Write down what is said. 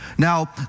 Now